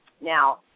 Now